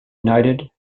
united